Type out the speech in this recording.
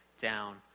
down